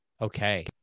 Okay